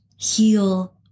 heal